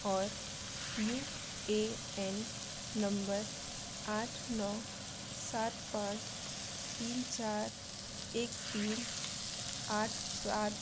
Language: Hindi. और यू ए एन नंबर आठ नौ सात पाँच तीन चार एक तीन आठ सात